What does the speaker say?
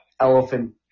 elephant